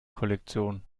kollektion